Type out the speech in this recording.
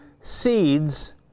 seeds